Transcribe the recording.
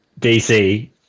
DC